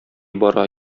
бара